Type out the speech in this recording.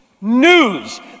news